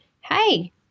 Hey